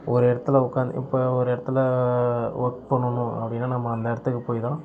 ஒரு இடத்துல உட்காந்து இப்போ ஒரு இடத்துல ஒர்க் பண்ணணும் அப்படின்னா நம்ம அந்த இடத்துக்கு போய்தான்